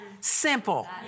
simple